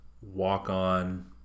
walk-on